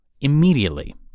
immediately